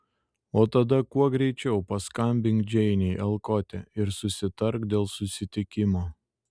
o tada kuo greičiau paskambink džeinei alkote ir susitark dėl susitikimo